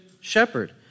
shepherd